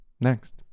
next